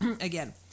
again